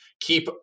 keep